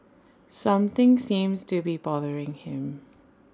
something seems to be bothering him